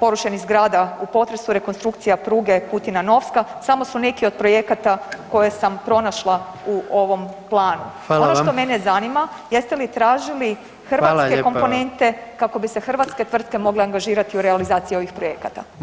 porušenih zgrada u potresu, rekonstrukcija pruge Kutina-Novska, samo su neki od projekata koje sam pronašla u ovom planu [[Upadica: Hvala vam.]] ono što mene zanima jeste li tražili hrvatske komponente [[Upadica: Hvala lijepa.]] kako bi se hrvatske tvrtke mogle angažirati u realizaciji ovih projekata.